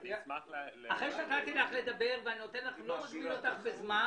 חשוב לזכור שהסכמנו עם כל הממצאים של הממונה לעניין ההיצף.